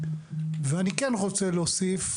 ואני כן רוצה להוסיף,